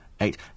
eight